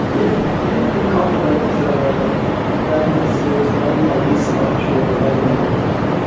if if the contract balance goes down by this much over that amount of time.